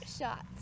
shots